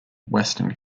western